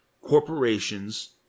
corporations